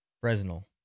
Fresnel